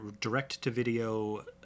direct-to-video